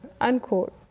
unquote